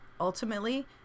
Ultimately